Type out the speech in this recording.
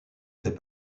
fait